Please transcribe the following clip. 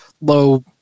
low